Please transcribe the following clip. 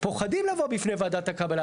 פוחדים לבוא בפני ועדת הקבלה.